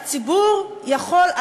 הציבור יכול,